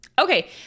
Okay